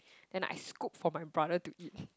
and I scoop for my brother to eat